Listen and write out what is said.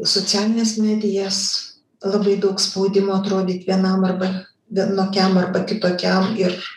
socialines medijas labai daug spaudimo atrodyt vienam arba vienokiam arba kitokiam ir